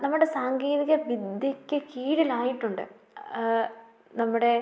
നമ്മുടെ സാങ്കേതിക വിദ്യക്ക് കീഴിലായിട്ടുണ്ട് നമ്മുടെ